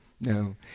No